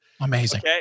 Amazing